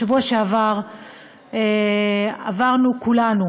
בשבוע שעבר עברנו כולנו